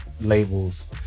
labels